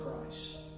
Christ